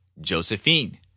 Josephine